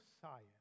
science